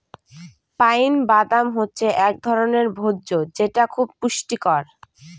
pine বাদাম হচ্ছে এক ধরনের ভোজ্য যেটা খুব পুষ্টিকর